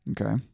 Okay